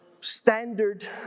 standard